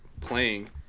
playing